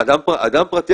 אדם פרטי,